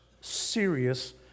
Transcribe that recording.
serious